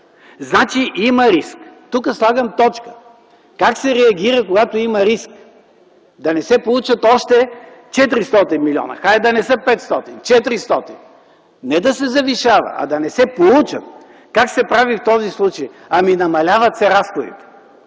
Значи има риск. Тук слагам точка. Как се реагира, когато има риск? Да не се получат още 400 милиона, хайде да не са 500 – 400. Не да се завишава, а да не се получат. Как се прави в този случай? Ами, намаляват се разходите.